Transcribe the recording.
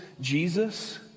Jesus